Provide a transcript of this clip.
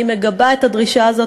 אני מגבה את הדרישה הזאת,